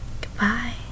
Goodbye